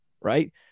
right